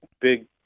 big